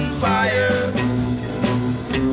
fire